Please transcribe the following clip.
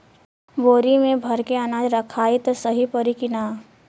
बोरी में भर के अनाज रखायी त सही परी की ना?